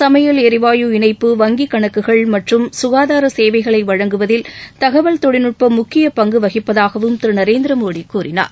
சமையல் எரிவாயு இணைப்பு வங்கிக் கணக்குகள் மற்றும் ககாதார சேவைகளை வழங்குவதில் தகவல் தொழில்நுட்பம் முக்கிய பங்கு வகிப்பதாகவும் திரு நரேந்திர மோடி கூறினார்